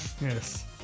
Yes